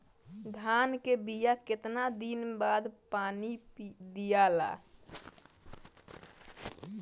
धान के बिया मे कितना दिन के बाद पानी दियाला?